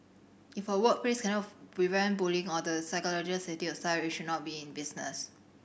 if a workplace cannot prevent bullying or the psychological safety of be in business